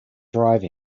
drive